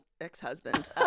ex-husband